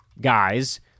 guys